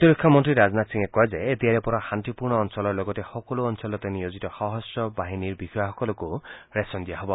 প্ৰতিৰক্ষা মন্ত্ৰী ৰাজনাথ সিঙে কয় যে এতিয়াৰে পৰা শান্তিপূৰ্ণ অঞ্চলৰ লগতে সকলো অঞ্চলতে নিয়োজিত সশন্ত্ৰ বাহিনী বিষয়াসকলক ৰেচন দিয়া হব